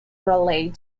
relate